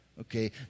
Okay